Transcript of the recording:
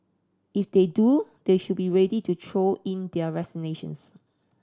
if they do they should be ready to throw in their resignations